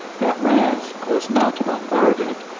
that rheims was not bombarded,